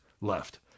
left